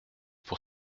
pour